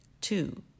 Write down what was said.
Two